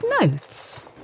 notes